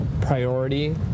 priority